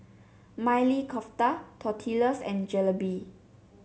Maili Kofta Tortillas and Jalebi